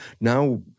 Now